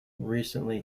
recently